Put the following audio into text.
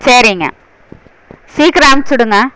சரிங்க சீக்கிரம் அனுச்சு விடுங்க